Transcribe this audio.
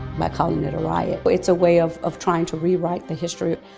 by calling it a riot, it's a way of of trying to rewrite the history,